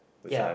ya